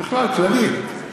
בכלל, כללית.